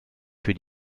für